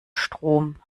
strom